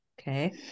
Okay